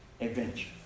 adventure